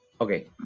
Okay